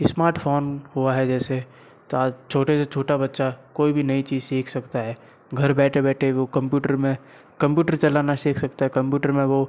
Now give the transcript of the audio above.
smartphone हुआ है जैसे आज छोटे से छोटा बच्चा कोई भी नई चीज़ सीख सकता है घर बैठे बैठे वो कंप्यूटर में कंप्यूटर चलाना सीख सकता है कंप्यूटर में वह